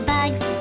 Bugs